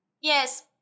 Yes